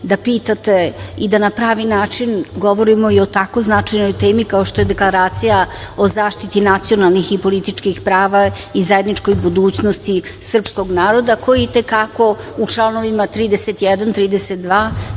da pitate i da na pravi način govorimo i o tako značajnoj temi kao što je Deklaracija o zaštiti nacionalnih i političkih prava i zajedničkoj budućnosti srpskog naroda, koja i te kako u članovima 31,